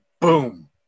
boom